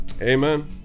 amen